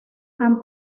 han